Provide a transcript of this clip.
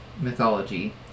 mythology